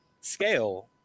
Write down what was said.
scale